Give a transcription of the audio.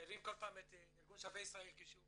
מציירים כל פעם את ארגון "שבי ישראל" כשהוא